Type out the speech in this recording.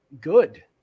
good